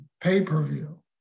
pay-per-view